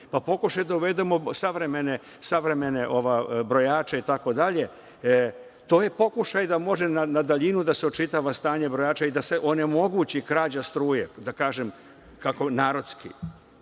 pokušaj da uvedemo savremene brojače itd. To je pokušaj da može na daljinu da se očitava stanje brojača i da se onemogući krađa struje, da kažem narodski.